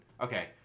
Okay